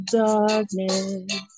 darkness